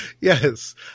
Yes